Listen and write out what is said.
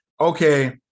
okay